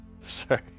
Sorry